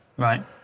Right